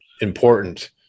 important